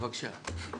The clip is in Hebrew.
בבקשה.